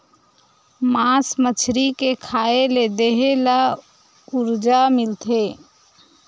मास मछरी के खाए ले देहे ल उरजा मिलथे